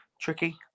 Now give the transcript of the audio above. Tricky